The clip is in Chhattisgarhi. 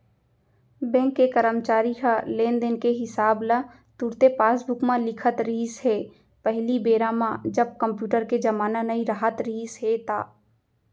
बेंक के करमचारी ह लेन देन के हिसाब ल तुरते पासबूक म लिखत रिहिस हे पहिली बेरा म जब कम्प्यूटर के जमाना नइ राहत रिहिस हे ता